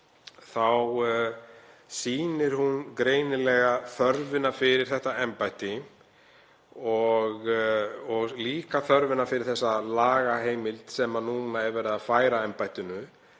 þá sýnir hún greinilega þörfina fyrir þetta embætti og líka þörfina fyrir þá lagaheimild sem nú er verið að færa embættinu,